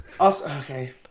Okay